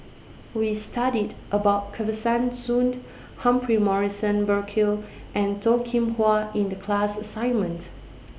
We studied about Kesavan Soon Humphrey Morrison Burkill and Toh Kim Hwa in The class assignments